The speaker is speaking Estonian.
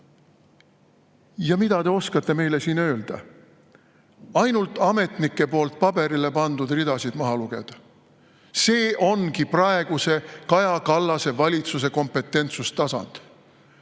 Mida te oskate meile siin öelda? Ainult ametnike poolt paberile pandud ridasid [oskate] maha lugeda. See ongi praeguse Kaja Kallase valitsuse kompetentsuse tasand: